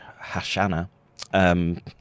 Hashanah